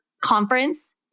Conference